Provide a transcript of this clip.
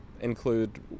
include